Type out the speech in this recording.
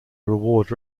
reward